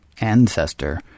ancestor